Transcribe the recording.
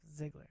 Ziggler